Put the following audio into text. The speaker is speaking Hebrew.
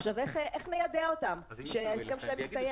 עכשיו, איך ניידע אותם שההסכם שלהם הסתיים?